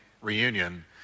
reunion